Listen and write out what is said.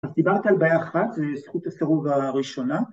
‫אז דיברת על בעיה אחת, ‫זו זכות הסירוב הראשונה.